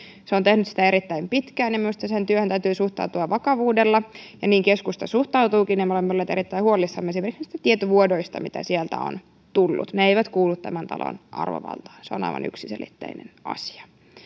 se on tehnyt sitä erittäin pitkään ja minusta sen työhön täytyy suhtautua vakavuudella ja niin keskusta suhtautuukin me olemme olleet erittäin huolissamme esimerkiksi niistä tietovuodoista mitä sieltä on tullut ne eivät kuulu tämän talon arvovaltaan se on aivan yksiselitteinen asia